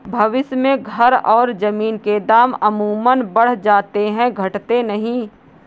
भविष्य में घर और जमीन के दाम अमूमन बढ़ जाते हैं घटते नहीं